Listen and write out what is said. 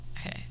Okay